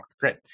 Great